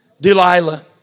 Delilah